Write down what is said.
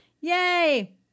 Yay